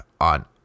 on